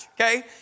okay